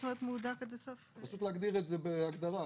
להגדיר את זה בהגדרה,